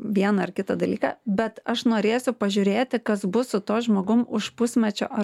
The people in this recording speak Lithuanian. vieną ar kitą dalyką bet aš norėsiu pažiūrėti kas bus su tuo žmogum už pusmečio ar